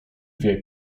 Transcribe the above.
wie